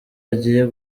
agiye